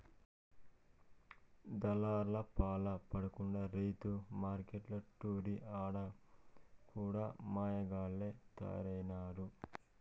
దళార్లపాల పడకుండా రైతు మార్కెట్లంటిరి ఆడ కూడా మాయగాల్లె తయారైనారు